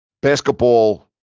basketball